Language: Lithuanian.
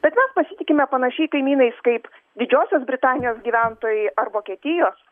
bet mes pasitikime panašiai kaimynais kaip didžiosios britanijos gyventojai ar vokietijos